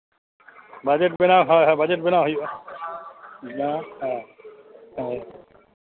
budget ᱵᱮᱱᱟᱣ ᱦᱳᱭ ᱦᱳᱭ ᱵᱟᱡᱮᱴ ᱵᱮᱱᱟᱣ ᱦᱩᱭᱩᱜᱼᱟ ᱦᱮᱸ ᱦᱮᱸ